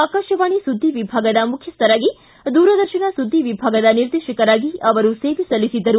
ಆಕಾಶವಾಣಿ ಸುದ್ದಿ ವಿಭಾಗದ ಮುಖ್ಯಸ್ಥರಾಗಿ ದೂರದರ್ಶನ ಸುದ್ದಿ ವಿಭಾಗದ ನಿರ್ದೇಶಕರಾಗಿ ಅವರು ಸೇವೆ ಸಲ್ಲಿಸಿದ್ದರು